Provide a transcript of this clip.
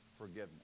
forgiveness